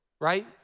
right